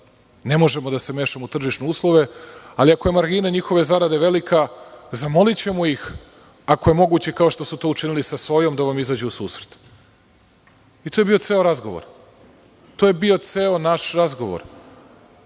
ne možemo da se mešamo u tržišne uslove, ali ako je margina njihove zarade velika, zamolićemo ih ako je moguće, kao što ste to učinili sa sojom da vam izađu u susret i to je bio ceo razgovor, to je bio ceo naš razgovor,